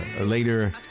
later